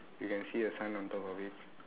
you can see a sun on top of it